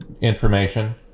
information